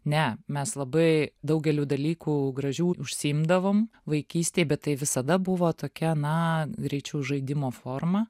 ne mes labai daugeliu dalykų gražių užsiimdavom vaikystėj bet tai visada buvo tokia na greičiau žaidimo forma